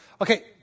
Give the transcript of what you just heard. Okay